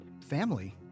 family